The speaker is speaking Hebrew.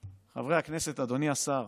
חברי הכנסת, אדוני השר,